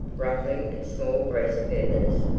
ruffling its small breast feathers.